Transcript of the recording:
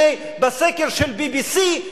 הנה, בסקר של ה-BBC,